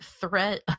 threat